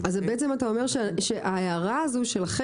אז אתה אומר שההערה שלכם,